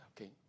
Okay